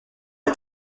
est